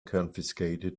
confiscated